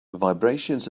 vibrations